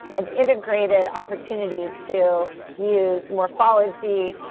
an integrated opportunity to use morphology,